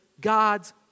God's